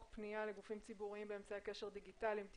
פנייה לגופים ציבוריים באמצעי קשר דיגיטליים (תיקון),